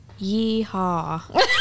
Yeehaw